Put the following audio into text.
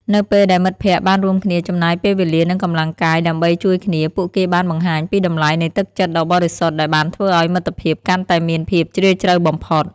នៅពេលដែលមិត្តភក្តិបានរួមគ្នាចំណាយពេលវេលានិងកម្លាំងកាយដើម្បីជួយគ្នា ពួកគេបានបង្ហាញពីតម្លៃនៃទឹកចិត្តដ៏បរិសុទ្ធដែលបានធ្វើឲ្យមិត្តភាពកាន់តែមានភាពជ្រាលជ្រៅបំផុត។